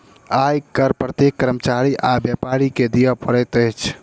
आय कर प्रत्येक कर्मचारी आ व्यापारी के दिअ पड़ैत अछि